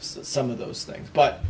some of those things